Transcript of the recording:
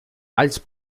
balls